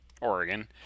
Oregon